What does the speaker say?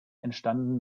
entstanden